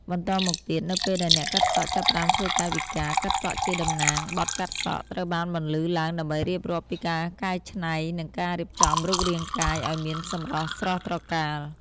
បន្តមកទៀត នៅពេលដែលអ្នកកាត់សក់ចាប់ផ្តើមធ្វើកាយវិការកាត់សក់ជាតំណាង បទ កាត់សក់ ត្រូវបានបន្លឺឡើងដើម្បីរៀបរាប់ពីការកែច្នៃ និងការរៀបចំរូបរាងកាយឱ្យមានសម្រស់ស្រស់ត្រកាល។